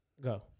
Go